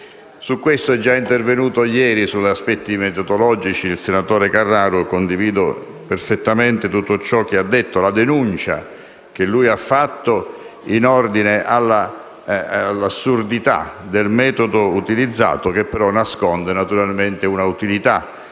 è già intervenuto ieri il senatore Carraro, e condivido perfettamente tutto ciò che ha detto e la denuncia che ha fatto in ordine all'assurdità del metodo utilizzato, che però nasconde naturalmente una utilità